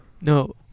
No